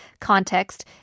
context